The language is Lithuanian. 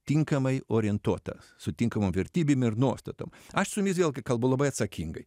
tinkamai orientuotas su tinkamom vertybėm ir nuostatom aš su jumis vėlgi kalbu labai atsakingai